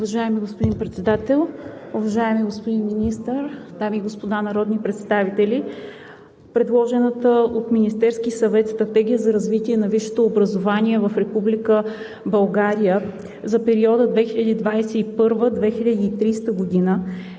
Уважаеми господин Председател, уважаеми господин Министър, дами и господа народни представители! Предложената от Министерския съвет Стратегия за развитие на висшето образование в Република България за периода 2021 – 2030 г.